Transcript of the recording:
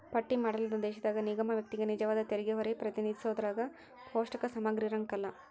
ಪಟ್ಟಿ ಮಾಡಲಾದ ದೇಶದಾಗ ನಿಗಮ ವ್ಯಕ್ತಿಗೆ ನಿಜವಾದ ತೆರಿಗೆಹೊರೆ ಪ್ರತಿನಿಧಿಸೋದ್ರಾಗ ಕೋಷ್ಟಕ ಸಮಗ್ರಿರಂಕಲ್ಲ